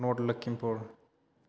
north Lakhimpur